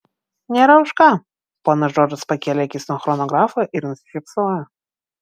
nėra už ką ponas džordžas pakėlė akis nuo chronografo ir nusišypsojo